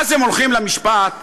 ואז הם הולכים למשפט,